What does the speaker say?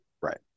Right